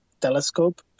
telescope